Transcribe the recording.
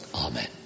Amen